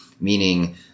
meaning